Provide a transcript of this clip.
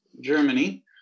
Germany